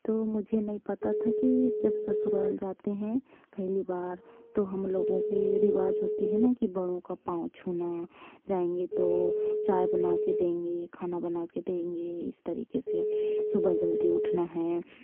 तो मुझे नहीं पता था कि जब ससुराल जाते हैं पहली बार तो हम लोगों के रिवाज होती है ना कि बड़ों का पांव छूना जाएंगे तो चाय बना के देंगे खाना बना के देंगे इस तरीके से सुबह जल्दी उठना है